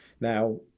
Now